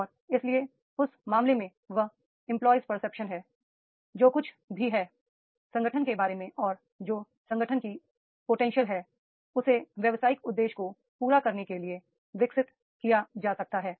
और इसलिए उस मामले में वह एंपलॉयर्स परसेप्शन है जो कुछ भी है संगठन के बारे में और जो संगठन की पोटेंशियल है उसे व्यावसायिक उद्देश्य को पूरा करने के लिए विकसित किया जा सकता है